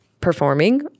performing